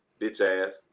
bitch-ass